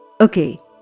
Okay